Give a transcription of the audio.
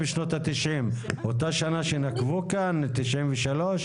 אותה שנה שנקבו כאן, ב-93?